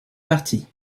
parties